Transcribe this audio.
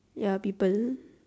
ya people